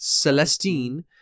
Celestine